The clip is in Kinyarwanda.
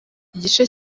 igice